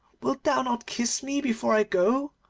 wilt thou not kiss me before i go?